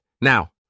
now